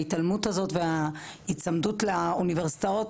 ההתעלמות וההיצמדות לאוניברסיטאות,